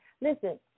listen